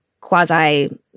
quasi-